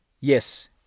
Yes